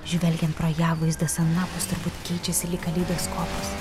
žvelgiant pro ją vaizdas anapus turbūt keičiasi lyg kaleidoskopas